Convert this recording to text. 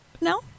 No